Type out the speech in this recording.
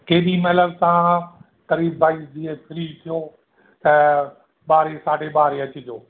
केॾी महिल बि तव्हां क़रीबु भाई जीअं फ्री थियो त ॿारहें साढे ॿारहें अचिजो